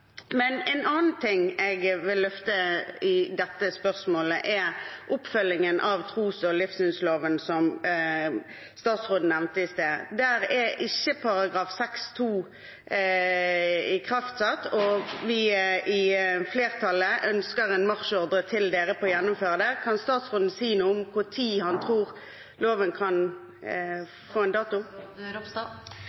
Men en annen ting jeg vil løfte i dette spørsmålet, er oppfølgingen av tros- og livssynsloven som statsråden nevnte i sted. Der er ikke § 6-2 ikraftsatt, og vi i flertallet ønsker en marsjordre om å gjennomføre det. Kan statsråden si noe om når han tror loven kan